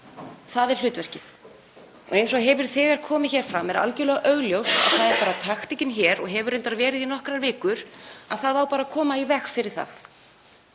Það er hlutverkið. Eins og hefur þegar komið fram er algjörlega augljóst að það er taktíkin hér, og hefur reyndar verið í nokkrar vikur, að það á bara að koma í veg fyrir það.